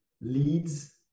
leads